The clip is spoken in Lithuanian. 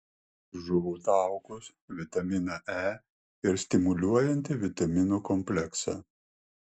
žuvų taukus vitaminą e ir stimuliuojantį vitaminų kompleksą